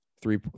three